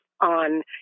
on